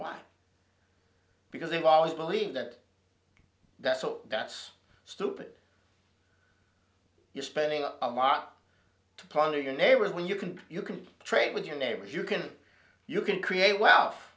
mine because they've always believed that that's all that's stupid you're spending a lot to ponder your neighbors when you can you can trade with your neighbors you can you can create wealth